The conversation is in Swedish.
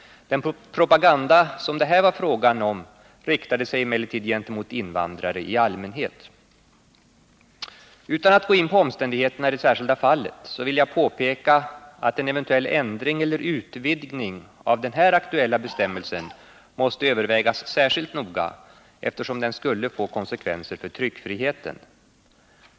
Den propaganda som det här var fråga om riktade sig emellertid gentemot invandrare i allmänhet. Utan att gå in på omständigheterna i det särskilda fallet vill jag påpeka att en eventuell ändring eller utvidgning av den här aktuella bestämmelsen måste övervägas särskilt noga, eftersom den skulle få konsekvenser för tryckfriheten.